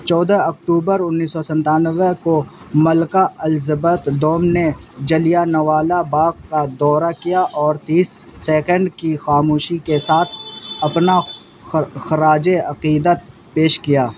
چودہ اکٹوبر انیس سو سنتانوے کو ملکہ الزبتھ دوم نے جلیانوالہ باغ کا دورہ کیا اور تیس سیکنڈ کی خاموشی کے ساتھ اپنا خراج عقیدت پیش کیا